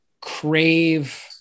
crave